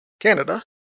Canada